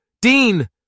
Dean